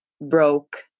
broke